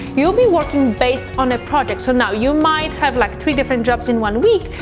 you'll be working based on a project. so now, you might have like three different jobs in one week,